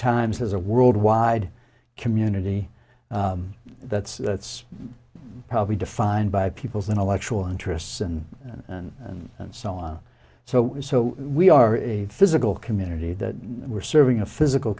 times has a worldwide community that's it's probably defined by people's intellectual interests and and and so on so so we are a physical community that we're serving a physical